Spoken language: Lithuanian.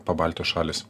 pabaltijo šalys